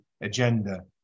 agenda